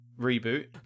reboot